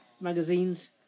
magazines